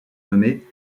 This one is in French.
nommée